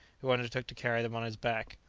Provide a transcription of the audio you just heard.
who undertook to carry them on his back.